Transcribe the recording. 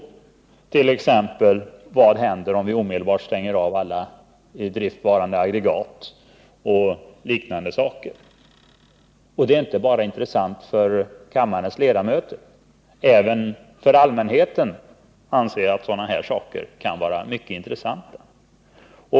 Där ställdes frågor som: Vad händer om vi stänger av alla i drift varande aggregat? Det är inte bara intressant för kammarens ledamöter — även för allmänheten kan sådana saker vara mycket intressanta.